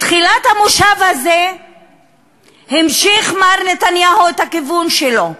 בתחילת המושב הזה המשיך מר נתניהו את הכיוון שלו,